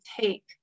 take